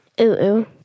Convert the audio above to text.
Ooh-ooh